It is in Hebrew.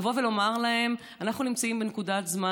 לבוא ולומר להם: אנחנו נמצאים בנקודת זמן